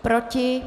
Proti?